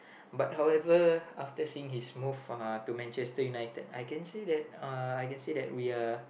but however after seeing his move uh to Manchester-United I can say that uh I can say that we are